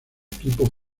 equipo